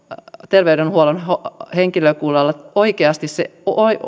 terveydenhuollon henkilökunnalla oikeasti se